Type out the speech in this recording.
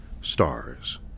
Stars